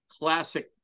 classic